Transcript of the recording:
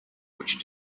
which